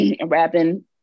rapping